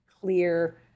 clear